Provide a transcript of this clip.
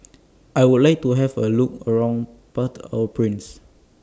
I Would like to Have A Look around Port Au Prince